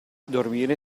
dormire